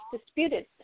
disputed